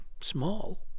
small